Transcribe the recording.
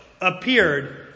appeared